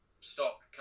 stock